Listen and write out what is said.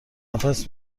نفس